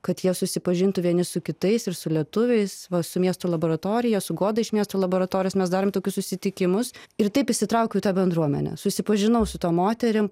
kad jie susipažintų vieni su kitais ir su lietuviais va su miesto laboratorija su goda iš miesto laboratorijos mes darėm tokius susitikimus ir taip įsitraukiau į tą bendruomenę susipažinau su tom moterim